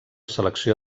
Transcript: selecció